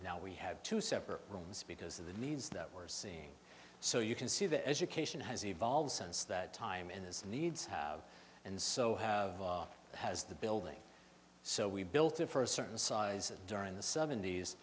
now we have two separate rooms because of the needs that we're seeing so you can see the education has evolved since that time and his needs have and so have has the building so we built it for a certain size during the sevent